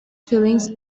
feelings